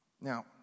Now